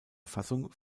fassung